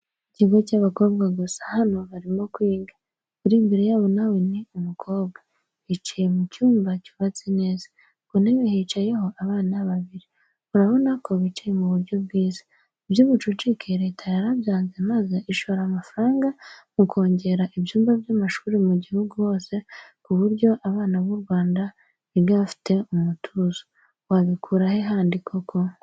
Ikigo cy'abakobwa gusa, hano barimo kwiga, uri imbere yabo na we ni umukobwa. Bicaye mu cyumba cyubatse neza, ku ntebe hicayeho abana babiri, urabona ko bicaye mu buryo bwiza. Iby'ubucucike Leta yarabyanze maze ishora amafaranga mukongera ibyumba by'amashuri mu gihugu hose ku buryo abana b'u Rwanda biga bafite umutuzo wabikurahe handi koko.